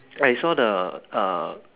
I saw the uh